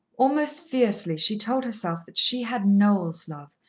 almost fiercely she told herself that she had noel's love.